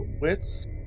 Wits